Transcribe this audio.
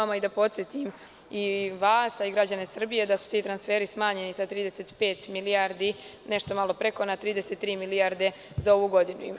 Dozvolite mi da podsetim i vas i građane Srbije da su ti transferi smanjeni sa 35 milijardi i nešto malo prekona 33 milijarde za ovu godinu.